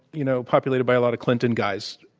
you know, populated by a lot of clinton guys.